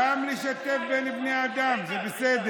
עיסאווי, אתה שר, גם לשתף בין בני אדם זה בסדר.